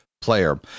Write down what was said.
player